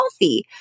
healthy